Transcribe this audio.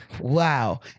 Wow